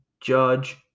Judge